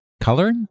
color